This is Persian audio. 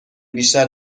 بیشتر